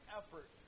effort